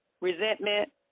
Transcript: resentment